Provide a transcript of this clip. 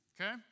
okay